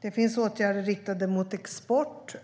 Det finns åtgärder som är riktade mot export